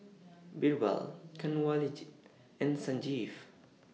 Birbal Kanwaljit and Sanjeev